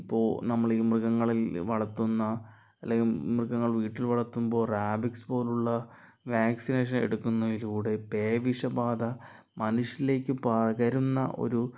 ഇപ്പോൾ നമ്മൾ ഈ മൃഗങ്ങളിൽ വളർത്തുന്ന അല്ലെങ്കിൽ മൃഗങ്ങൾ വീട്ടിൽ വളർത്തുമ്പോൾ റാബിസ് പോലുള്ള വാക്സിനേഷൻ എടുക്കുന്നതിലൂടെ പേ വിഷ ബാധ മനുഷ്യരിലേക്ക് പകരുന്ന ഒരു